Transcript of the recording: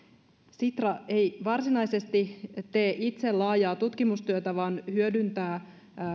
sitra ei itse varsinaisesti tee laajaa tutkimustyötä vaan hyödyntää